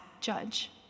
judge